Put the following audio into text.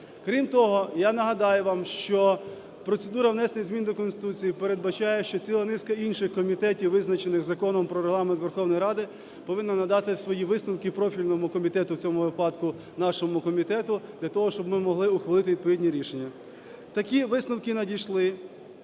Крім того, я нагадаю вам, що процедура внесення змін до Конституції передбачає, що ціла низка інших комітетів, визначених Законом "Про Регламент Верховної Ради", повинні надати свої висновки профільному комітету, в цьому випадку нашому комітету, для того, щоб ми могли ухвалити відповідні рішення. Такі висновки надійшли